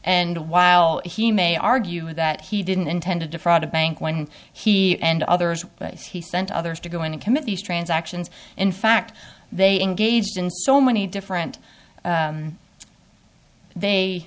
and while he may argue that he didn't intend to defraud a bank when he and others that he sent others to go in and commit these transactions in fact they engaged in so many different they